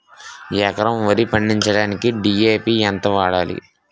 ఎకరం వరి పండించటానికి డి.ఎ.పి ఎంత వాడాలి?